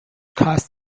cost